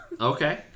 Okay